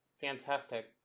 Fantastic